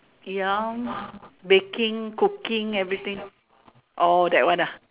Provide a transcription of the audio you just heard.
ya baking cooking everything oh that one ah